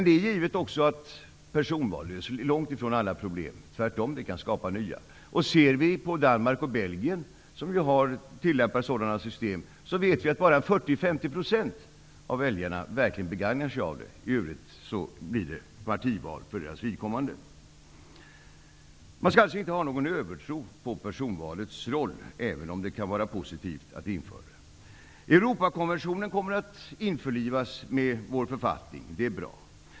Det är också givet att personval inte löser alla problem. Det kan tvärtom skapa nya. I Danmark och Belgien har man ett system med personval. Bara 40--45 % av väljarna begagnar sig verkligen av det. I övrigt blir det partival. Man skall således inte ha någon övertro på personvalets roll, även om det kan vara positivt att införa det. Europakonventionen kommer att införlivas med vår författning. Det är bra.